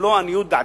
במלוא עניות דעתי,